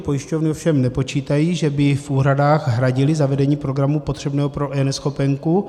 Pojišťovny ovšem nepočítají, že by v úhradách hradily zavedení programu potřebného pro eNeschopenku.